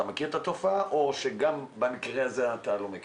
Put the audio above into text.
אתה מכיר את התופעה או שגם במקרה הזה אתה לא מכיר?